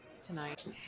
Tonight